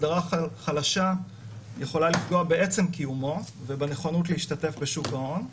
הסדרה חלשה יכולה לפגוע בעצם קיומו ובנכונות להשתתף בשוק ההון.